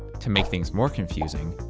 to make things more confusing,